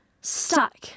stuck